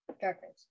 darkness